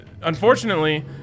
unfortunately